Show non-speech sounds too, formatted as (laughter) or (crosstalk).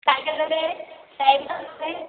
काय करायलंय (unintelligible)